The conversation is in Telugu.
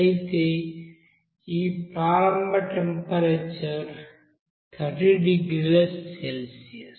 అయితే ఈ ప్రారంభ టెంపరేచర్ 30 డిగ్రీల సెల్సియస్